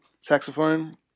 saxophone